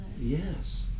Yes